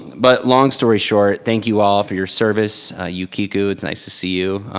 but long story short, thank you all for your service. yukiko, it's nice to see you